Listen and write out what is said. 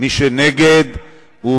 מי שנגד,